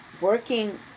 working